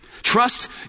Trust